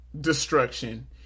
destruction